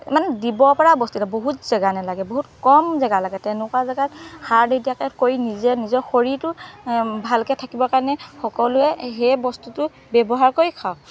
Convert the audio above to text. মানে দিব পৰা বস্তুকেইটা বহুত জেগা নালাগে বহুত কম জেগা লাগে তেনেকুৱা জেগাত সাৰ নিদিয়াকৈ কৰি নিজে নিজৰ শৰীৰটো ভালকৈ থাকিবৰ কাৰণে সকলোৱে সেই বস্তুটো ব্যৱহাৰ কৰি খাওক